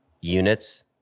units